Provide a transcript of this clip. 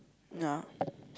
ya